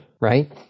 right